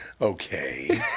Okay